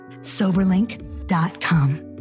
soberlink.com